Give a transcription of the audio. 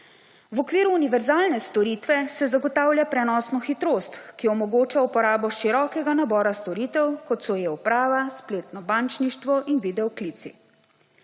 V okviru univerzalne storitve se zagotavlja prenosno hitrost, ki omogoča uporabo širokega nabora storitev, kot so eUprava, spletno bančništvo in videoklici.